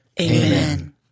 Amen